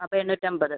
അപ്പം എണ്ണൂറ്റമ്പത്